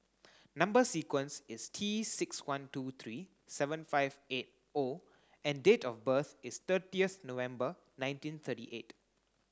number sequence is T six one two three seven five eight O and date of birth is thirtieth November nineteen thirty eight